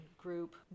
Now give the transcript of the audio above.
group